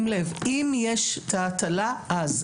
אם יש תא הטלה, אז.